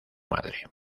madre